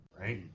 right